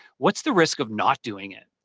what's the risk of not doing it,